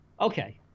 Okay